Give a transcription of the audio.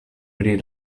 pri